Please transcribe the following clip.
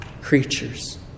creatures